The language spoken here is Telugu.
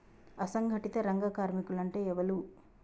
అసంఘటిత రంగ కార్మికులు అంటే ఎవలూ?